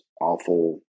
awful